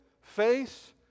face